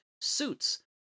suits